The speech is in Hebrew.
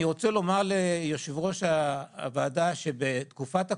אני רוצה לומר ליושב-ראש הוועדה, שבתקופת הקורונה,